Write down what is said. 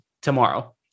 tomorrow